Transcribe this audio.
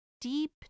deep